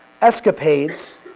escapades